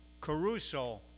Caruso